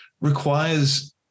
requires